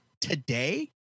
today